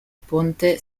ponte